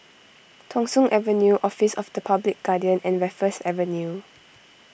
Thong Soon Avenue Office of the Public Guardian and Raffles Avenue